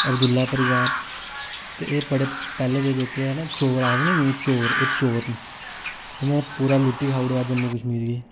अब्दुल्ला परिवार ते एह् बड़े पैहले दे जेहके हैन चोर आखदे ना जि'नेंगी चोर एह् चोर न इ'नें पूरा लुट्टियै खाई ओड़ेआ जम्मू कश्मीर गी